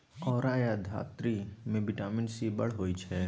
औरा या धातृ मे बिटामिन सी बड़ होइ छै